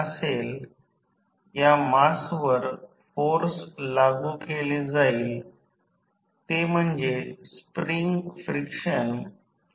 परंतु जेव्हा दोन वाइंडिंग ट्रान्सफॉर्मर चा विचार करा की जणू हे 1 वाइंडिंग आहे आणि हे दुसरे वाइंडिंग आहे जेव्हा ऑटोट्रान्सफॉर्मर आपण भिन्न मार्गाने बनवू